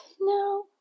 no